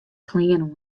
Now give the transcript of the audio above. klean